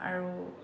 আৰু